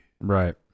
Right